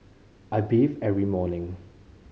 I bathe every morning